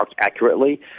accurately